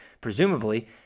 presumably